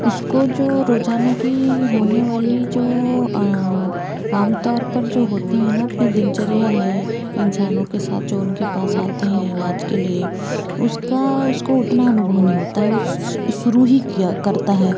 उसको जो रोज़ाना की होने वाली जो आमतौर पर जो होती हैं न अपनी दिनचर्या है इंसानों के साथ जो उनके पास आते हैं इलाज़ के लिए उसका उसको उतना अनुभव नहीं होता है उस शुरू ही किया करता है